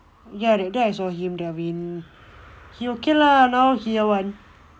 ya that day I saw him ravin he okay lah now year one